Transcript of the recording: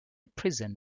prison